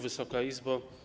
Wysoka Izbo!